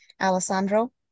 Alessandro